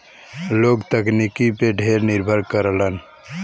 लोग तकनीकी पे ढेर निर्भर करलन